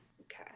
okay